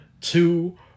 two